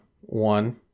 one